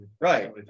Right